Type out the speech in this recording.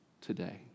today